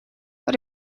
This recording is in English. but